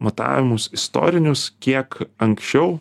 matavimus istorinius kiek anksčiau